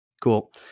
cool